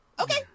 Okay